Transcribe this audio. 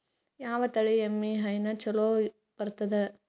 ಯಾವ ತಳಿ ಎಮ್ಮಿ ಹೈನ ಚಲೋ ಬರ್ತದ?